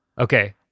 okay